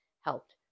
helped